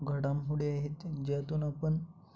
घडामोडी आहेत ज्यातून आपण